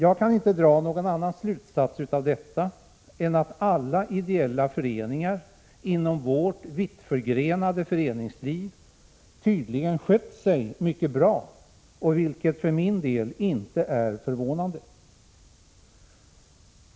Jag kan inte dra någon annan slutsats av detta än att alla ideella föreningar i vårt vittförgrenade föreningsliv tydligen skött sig mycket bra, vilket för mig inte är förvånande.